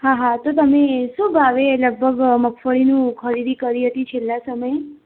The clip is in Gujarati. હા હા તો તમે શું ભાવે લગભગ મગફળીનું ખરીદી કરી હતી છેલ્લા સમયે